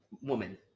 woman